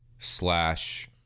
slash